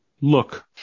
Look